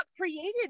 created